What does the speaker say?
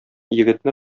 егетне